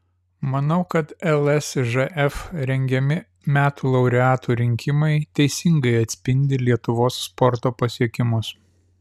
manau kad lsžf rengiami metų laureatų rinkimai teisingai atspindi lietuvos sporto pasiekimus